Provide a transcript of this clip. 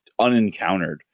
unencountered